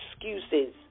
excuses